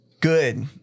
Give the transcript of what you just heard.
Good